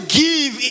give